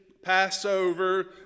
Passover